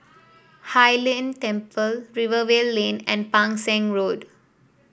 Hai Lnn Temple Rivervale Lane and Pang Seng Road